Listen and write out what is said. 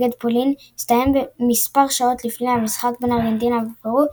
נגד פולין הסתיים מספר שעות לפני המשחק בין ארגנטינה ופרו,